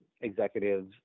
executives